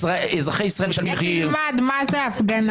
לך תלמד מה זו הפגנה.